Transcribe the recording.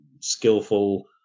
skillful